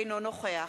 אינו נוכח